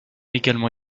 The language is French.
également